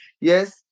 Yes